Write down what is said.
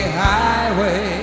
highway